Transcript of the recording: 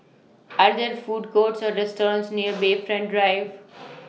Are There Food Courts Or restaurants near Bayfront Drive